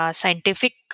scientific